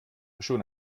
schon